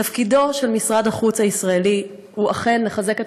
תפקידו של משרד החוץ הישראלי הוא אכן לחזק את